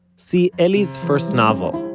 see, eli's first novel,